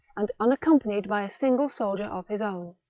and unaccompanied by a single soldier of his own.